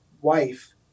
wife